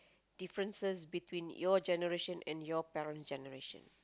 differences between your generation and you parents' generation